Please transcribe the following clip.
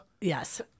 Yes